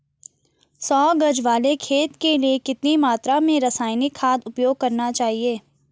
सौ गज वाले खेत के लिए कितनी मात्रा में रासायनिक खाद उपयोग करना चाहिए?